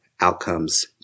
outcomes